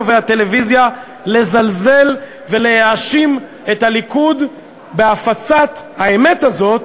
והטלוויזיה לזלזל ולהאשים את הליכוד בהפצת האמת הזאת